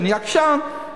שאני עקשן,